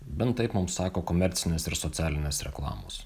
bent taip mums sako komercinės ir socialinės reklamos